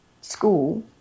school